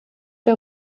der